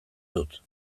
dut